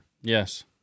yes